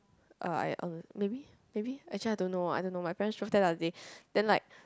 uh I uh maybe maybe actually I don't know I don't know my parents drove there the other day then like